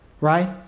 right